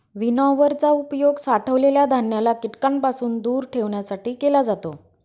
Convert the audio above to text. winnower चा उपयोग साठवलेल्या धान्याला कीटकांपासून दूर ठेवण्यासाठी केला जातो